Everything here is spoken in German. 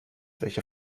welche